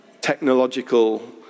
technological